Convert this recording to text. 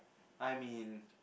I mean